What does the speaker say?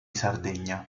sardegna